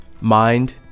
mind